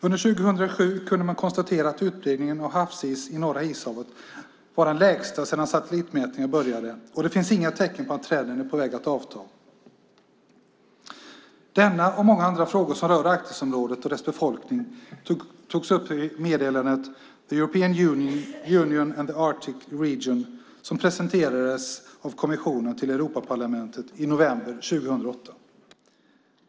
Under 2007 kunde man konstatera att utbredningen av havsis i Norra ishavet var den minsta sedan satellitmätningar började göras, och det finns inga tecken på att trenden är på väg att avta. Denna och många andra frågor som rör Arktisområdet och dess befolkning togs upp i meddelandet The European Union and the Arctic Region, som presenterades av kommissionen för Europaparlamentet i november 2008.